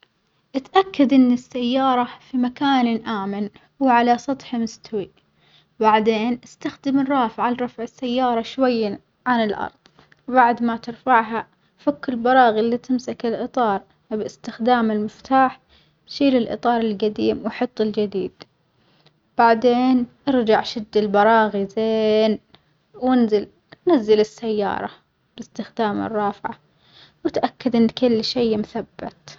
اتأكد إن السيارة في مكان آمن وعلى سطح مستوي بعدين استخدم الرافعة لرفع السيارة شوية عن الأرظ، بعد ما ترفعها فك البراغي اللي تمسك الإطار باستخدام المفتاح شيل الإطار الجديم وحط الجديد، بعدين ارجع شد البراغي زيين وانزل نزل السيارة باستخدام الرافعة واتأكد إن كل شي مثبت.